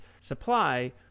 supply